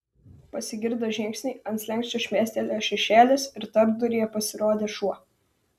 pasigirdo žingsniai ant slenksčio šmėstelėjo šešėlis ir tarpduryje pasirodė šuo